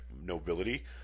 nobility